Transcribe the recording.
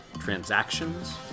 transactions